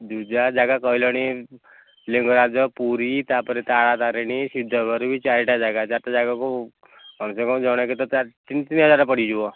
ଯେଉଁ ଯେଉଁ ଯାଗା କହିଲଣି ଲିଙ୍ଗରାଜ ପୁରୀ ତାପରେ ତାରାତାରିଣୀ ସିଦ୍ଧଭୈରବୀ ଚାରିଟା ଜାଗା ଚାରିଟା ଯାଗାକୁ କମ୍ସେ କମ୍ ଜଣକେ ତ ଚା ତିନି ତିନି ହଜାର ପଡ଼ିଯିବ